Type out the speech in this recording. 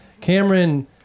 Cameron